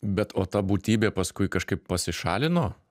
be o ta būtybė paskui kažkaip pasišalino